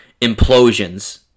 implosions